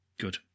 good